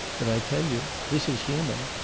but i tell you this is human.